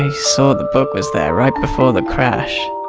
i saw the book was there right before the crash.